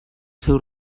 seu